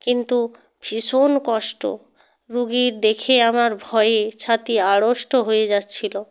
কিন্তু ভীষণ কষ্ট রুগী দেখে আমার ভয়ে ছাতি আড়ষ্ট হয়ে যাচ্ছিলো